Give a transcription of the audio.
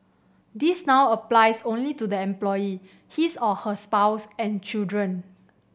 this now applies only to the employee his or her spouse and children